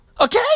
Okay